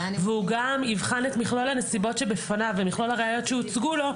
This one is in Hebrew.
והוא גם יבחן את מכלול הנסיבות שבפניו ומכלול הראיות שהוצגו לו,